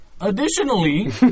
Additionally